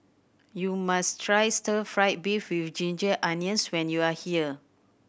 you must try stir fried beef with ginger onions when you are here